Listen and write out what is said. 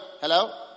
Hello